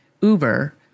Uber